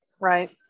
right